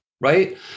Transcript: right